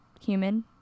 human